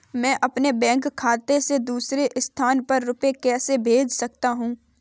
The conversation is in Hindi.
मैं अपने बैंक खाते से दूसरे स्थान पर रुपए कैसे भेज सकता हूँ?